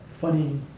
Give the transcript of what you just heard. funny